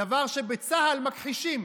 דבר שבצה"ל מכחישים